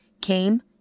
came